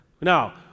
Now